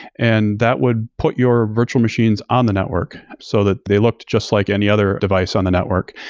and that would put your virtual machines on the network, so that they looked just like any other device on the network.